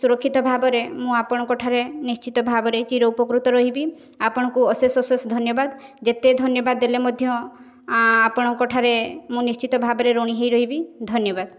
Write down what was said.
ସୁରକ୍ଷିତ ଭାବରେ ମୁଁ ଆପଣଙ୍କଠାରେ ନିଶ୍ଚିତ ଭାବରେ ଚିର ଉପକୃତ ରହିବି ଆପଣଙ୍କୁ ଅଶେଷ ଅଶେଷ ଧନ୍ୟବାଦ ଯେତେ ଧନ୍ୟବାଦ ଦେଲେ ମଧ୍ୟ ଆପଣଙ୍କ ଠାରେ ମୁଁ ନିଶ୍ଚିତ ଭାବରେ ୠଣୀ ହେଇ ରହିବି ଧନ୍ୟବାଦ